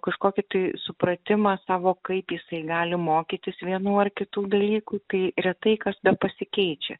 kažkokį tai supratimą savo kaip jisai gali mokytis vienų ar kitų dalykų tai retai kas bepasikeičia